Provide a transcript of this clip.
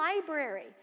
library